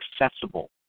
accessible